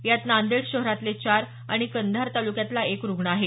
यात नांदेड शहरातले चार आणि कंधार तालुक्यातला एक रुग्ण आहे